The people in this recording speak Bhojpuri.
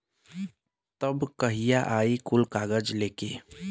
तब कहिया आई कुल कागज़ लेके?